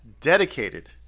dedicated